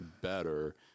better